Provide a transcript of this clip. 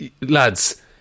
lads